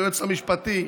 היועץ המשפטי,